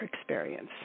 experience